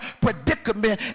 predicament